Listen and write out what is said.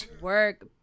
Work